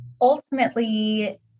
ultimately